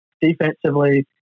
defensively